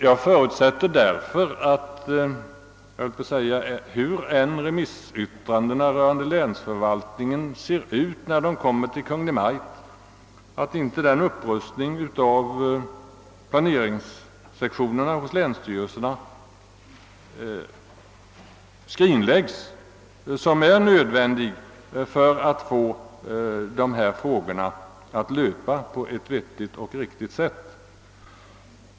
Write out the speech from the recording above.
Därför förutsätter jag att — hur än remissyttrandena rörande länsförvaltningen utformas — inte den upprustning av planeringssektionerna inom länsstyrelserna skrinläggs som är nödvändig för att få handläggningen av frågorna att löpa på ett vettigt och riktigt sätt.